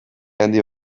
handi